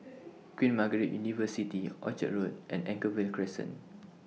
Queen Margaret University Orchard Road and Anchorvale Crescent